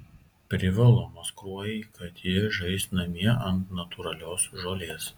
privalumas kruojai kad ji žais namie ant natūralios žolės